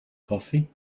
coffee